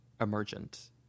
emergent